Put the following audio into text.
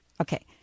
Okay